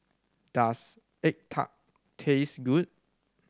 does egg tart taste good